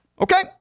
Okay